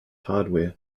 hardware